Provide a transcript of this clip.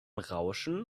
rauschen